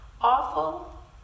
awful